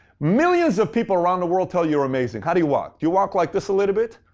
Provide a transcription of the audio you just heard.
millions of people around world tell you you're amazing. how do you walk? do you walk like this a little bit?